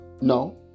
no